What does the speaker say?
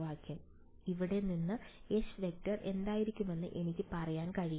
അതിനാൽ ഇവിടെ നിന്ന് H→ എന്തായിരിക്കുമെന്ന് എനിക്ക് പറയാൻ കഴിയും